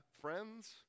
friends